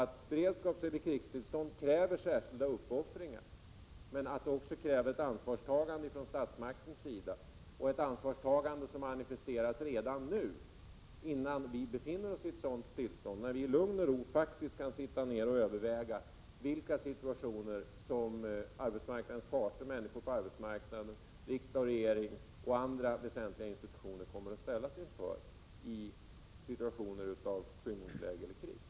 Ett beredskapseller krigstillstånd kräver särskilda uppoffringar, men det krävs också ett ansvarstagande från statsmaktens sida, ett ansvarstagande som manifesteras redan nu, innan vi befinner oss i ett sådant tillstånd, och när vi faktiskt i lugn och ro kan sitta ner och överväga vilka situationer som arbetsmarknadens parter, människor på arbetsmarknaden, riksdag och regering och andra väsentliga institutioner kommer att ställas inför vid ett skymningsläge eller krig.